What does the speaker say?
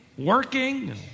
working